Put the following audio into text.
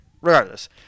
Regardless